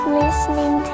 listening